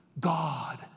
God